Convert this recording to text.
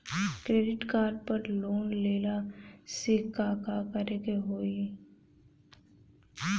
Credit card पर loan लेला से का का करे क होइ?